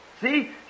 See